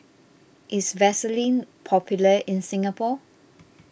is Vaselin popular in Singapore